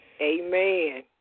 Amen